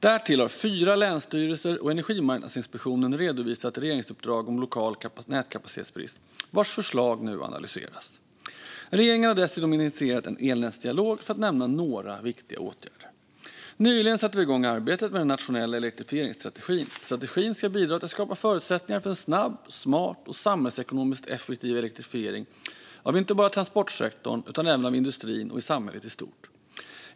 Därtill har fyra länsstyrelser och Energimarknadsinspektionen redovisat regeringsuppdrag om lokal nätkapacitetsbrist, och deras förslag analyseras nu. Regeringen har dessutom initierat en elnätsdialog. Detta är några viktiga åtgärder. Nyligen satte vi igång arbetet med den nationella elektrifieringsstrategin. Strategin ska bidra till att skapa förutsättningar för en snabb, smart och samhällsekonomiskt effektiv elektrifiering, inte bara av transportsektorn utan även av industrin och i samhället i stort.